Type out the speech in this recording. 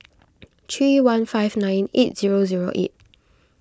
three one five nine eight zero zero eight